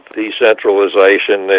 decentralization